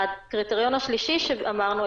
הקריטריון השלישי שאמרנו,